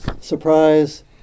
surprise